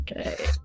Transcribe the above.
Okay